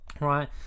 Right